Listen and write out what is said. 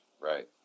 right